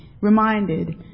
reminded